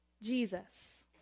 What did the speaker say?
Jesus